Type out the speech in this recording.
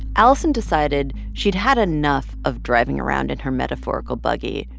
alison decided she'd had enough of driving around in her metaphorical buggy.